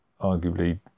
arguably